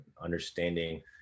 understanding